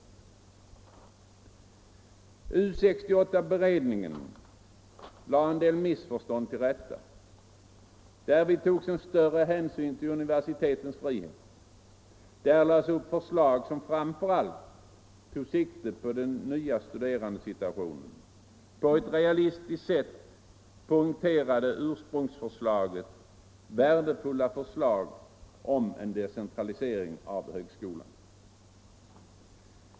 U 68-beredningen lade en del missförstånd till rätta. Därvid togs större hänsyn till universitetens frihet. Där lades upp förslag som framför allt tog sikte på den nya studerandesituationen. På ett realistiskt sätt poängterades ursprungsförslagets värdefulla förslag om en decentralisering av högskolan.